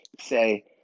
Say